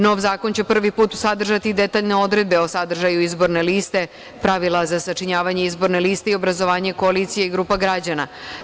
Nov zakon će prvi put sadržati detaljne odredbe o sadržaju izborne liste, pravila za sačinjavanje izborne liste i obrazovanje koalicija i grupa građana.